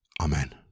Amen